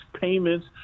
payments